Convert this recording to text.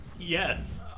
Yes